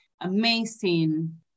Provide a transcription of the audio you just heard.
amazing